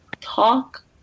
talk